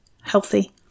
healthy